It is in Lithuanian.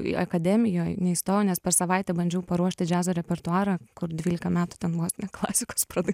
į akademijoj neįstojau nes per savaitę bandžiau paruošti džiazo repertuarą kur dvylika metų ten vos ne klasikos pradai